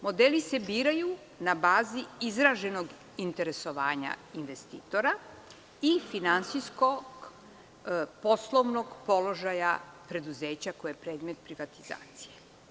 Modeli se biraju na bazi izraženog interesovanja investitora i finansijsko-poslovnog položaja preduzeća koje je predmet privatizacije.